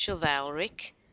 chivalric